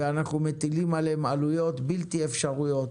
ואנחנו מטילים עליהם עלויות בלתי אפשריות.